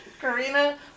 Karina